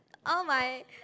oh my